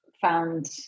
found